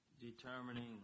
determining